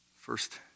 First